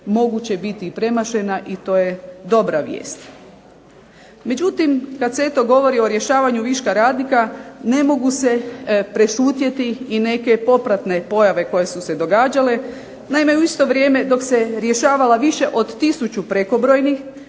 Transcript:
moguće biti premašena i to je dobra vijest. Međutim, kada se govori o zbrinjavanju viška radnika ne mogu prešutjeti i neke popratne pojave koje su se događale, naime, u isto vrijeme dok se rješavalo više od 1000 prekobrojnih,